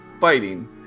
fighting